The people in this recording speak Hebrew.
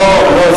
לא, לא.